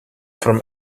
from